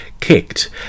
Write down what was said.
kicked